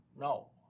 no